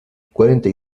cuarenta